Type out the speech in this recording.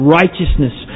...righteousness